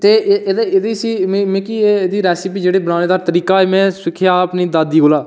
ते मिगी एह्दी रैसिपी जेह्ड़ी बनाने दा तरीका में सिक्खेआ अपनी दादी कोला